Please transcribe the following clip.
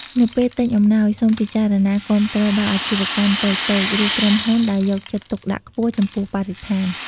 នៅពេលទិញអំណោយ សូមពិចារណាគាំទ្រដល់អាជីវកម្មតូចៗ ឬក្រុមហ៊ុនដែលយកចិត្តទុកដាក់ខ្ពស់ចំពោះបរិស្ថាន។